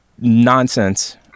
nonsense